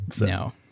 No